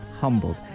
Humbled